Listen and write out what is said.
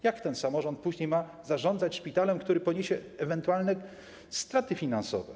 Jak samorząd ma później zarządzać szpitalem, który poniesie ewentualne straty finansowe?